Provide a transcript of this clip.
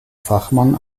fachmann